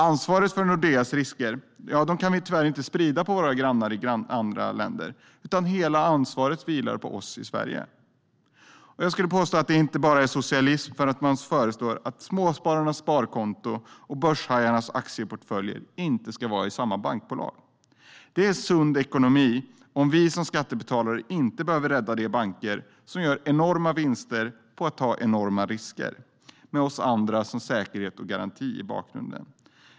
Ansvaret för Nordeas risker kan vi tyvärr inte sprida på våra grannar i andra länder, utan hela ansvaret vilar på oss i Sverige. Det är inte socialism bara för att man föreslår att småspararnas sparkonton och börshajarnas aktieportföljer inte ska vara i samma bankbolag. Det är sund ekonomi att vi som skattebetalare inte en dag ska behöva rädda de banker som gör enorma vinster på att ta enorma risker med oss andra som säkerhet och garanti i bakgrunden.